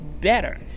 better